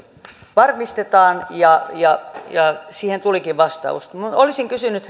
varmistetaan ja ja siihen tulikin vastaus olisin kysynyt